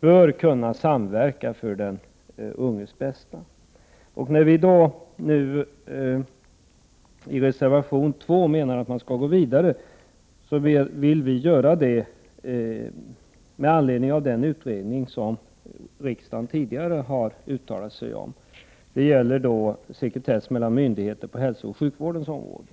bör kunna samverka för den unges bästa. När vi nu i reservation 2 yrkar att man skall gå vidare vill vi göra det med anledning av den utredning som riksdagen tidigare har uttalat sig för. Det gäller då sekretess mellan myndigheter på hälsooch sjukvårdens område.